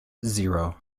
zero